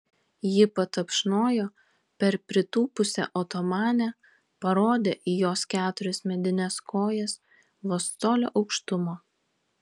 ji patapšnojo per pritūpusią otomanę parodė į jos keturias medines kojas vos colio aukštumo